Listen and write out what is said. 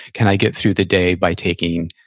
can i get through the day by taking,